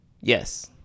Yes